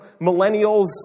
millennials